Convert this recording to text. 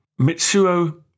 Mitsuo